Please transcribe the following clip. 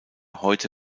heute